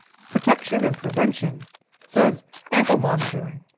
protection and prevention says ankle monitoring.